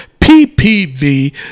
PPV